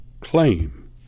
claim